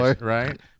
right